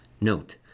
Note